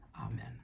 Amen